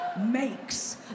makes